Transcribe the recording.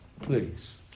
please